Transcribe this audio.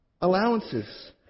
allowances